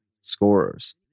scorers